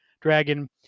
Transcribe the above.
dragon